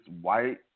white